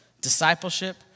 discipleship